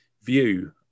view